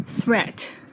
threat